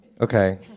Okay